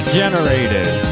generated